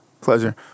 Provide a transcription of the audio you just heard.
Pleasure